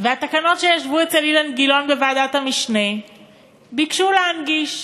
והתקנות שישבו אצל אילן גילאון בוועדת המשנה ביקשו להנגיש.